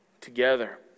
together